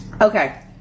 Okay